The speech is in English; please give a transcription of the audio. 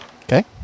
Okay